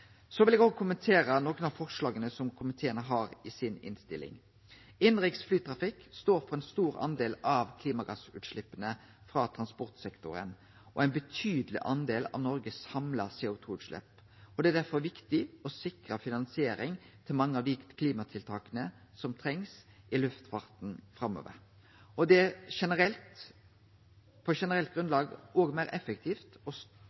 vil òg kommentere nokre av forslaga som komiteen har i innstillinga. Innanriks flytrafikk står for ein stor del av klimagassutsleppa frå transportsektoren og ein betydeleg del av Noregs samla CO 2 -utslepp. Det er derfor viktig å sikre finansiering til mange av dei klimatiltaka som trengst i luftfarten framover. Det er på generelt grunnlag òg meir effektivt å støtte gjennom kjøp og